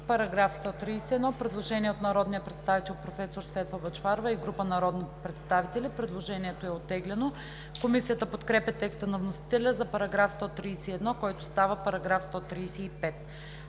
По § 131 има предложение на народния представител професор Светла Бъчварова и група народни представители. Предложението е оттеглено. Комисията подкрепя текста на вносителя за § 131, който става § 135.